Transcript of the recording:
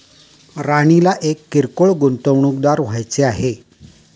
राणीला एक किरकोळ गुंतवणूकदार व्हायचे आहे